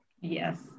yes